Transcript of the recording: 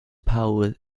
power